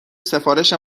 سفارش